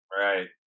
Right